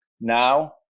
now